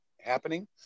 happening